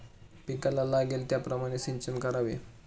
पिकाला लागेल त्याप्रमाणे सिंचन करावे